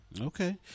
Okay